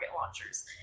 launchers